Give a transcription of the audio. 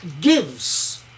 gives